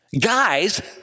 Guys